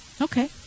Okay